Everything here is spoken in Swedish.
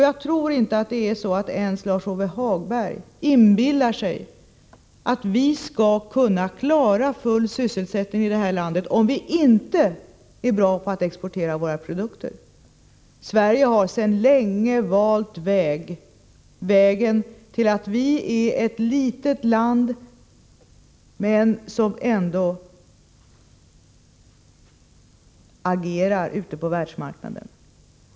Jag tror att inte ens Lars-Ove Hagberg inbillar sig att vi skall kunna klara målet om full sysselsättning i detta land, om vi inte är bra på att exportera våra produkter. Sverige har sedan länge valt väg. Vårt land är litet, men vi agerar ändå ute på världsmarknaden.